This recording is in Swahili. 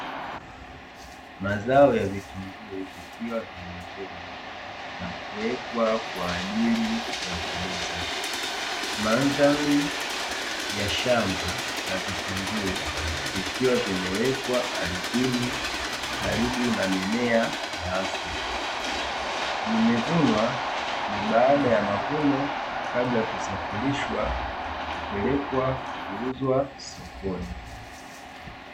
Mazao ya vitunguu vikiwa vimevunwa na kuwekwa kwa ajili ya kuuza. Mandhari ya shamba la vitunguu vikiwa vimewekwa ardhini karibu na mimea ya asili imevunwa ni baada ya mavuno kabla ya kisafirishwa kupelekwa kuuzwa sokoni.